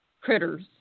critters